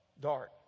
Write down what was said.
Dark